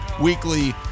weekly